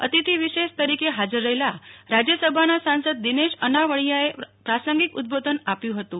અતિથિ વિશેષ તરીકે હાજર રહેલા રાજ્યસભાના સાંસદ દિનેશ અનાવડીયાએ પ્રાસંગિક ઉદબોધન આપ્યું હતું